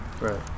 right